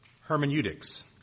hermeneutics